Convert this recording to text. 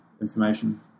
information